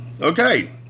Okay